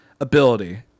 ability